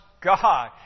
God